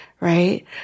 right